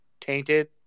tainted